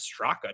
Straka